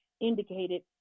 indicated